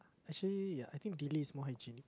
actually ya I think Billy is more hygienic